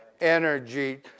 energy